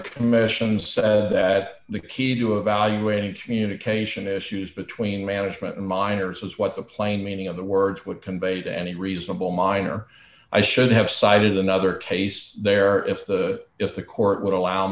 commission said that the key to evaluating communication issues between management and miners was what the plain meaning of the words would convey to any reasonable miner i should have cited another case there if the if the court would allow